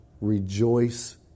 rejoice